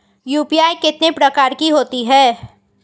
UPI कितने प्रकार की होती हैं?